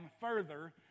further